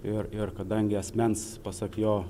ir ir kadangi asmens pasak jo